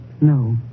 No